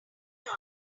hour